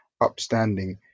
upstanding